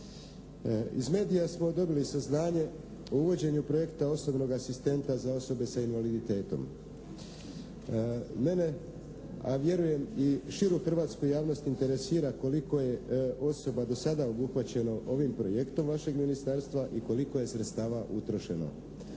Iz medija smo dobili saznanje o uvođenju projekta osobnog asistenta za osobe sa invaliditetom. Mene, a vjerujem i širu hrvatsku javnost interesira koliko je osoba do sada obuhvaćeno ovim projektom vašeg ministarstva i koliko je sredstava utrošeno.